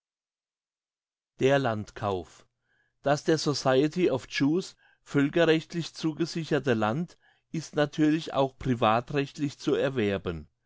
der landkauf das der society of jews völkerrechtlich zugesicherte land ist natürlich auch privatrechtlich zu erwerben